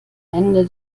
ende